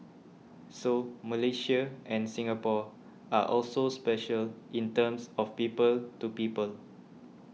so Malaysia and Singapore are also special in terms of people to people